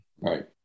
right